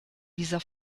dieser